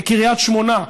בקריית שמונה,